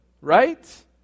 right